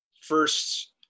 first